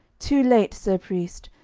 too late, sir priest!